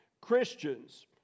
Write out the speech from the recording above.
Christians